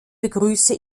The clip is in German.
begrüße